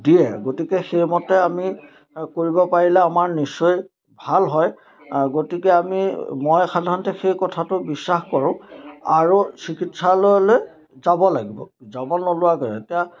দিয়ে গতিকে সেইমতে আমি কৰিব পাৰিলে আমাৰ নিশ্চয় ভাল হয় আ গতিকে আমি মই সাধাৰণতে সেই কথাটো বিশ্বাস কৰোঁ আৰু চিকিৎসালয়লৈ যাব লাগিব যাব নোলোৱাকৈ এতিয়া